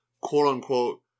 quote-unquote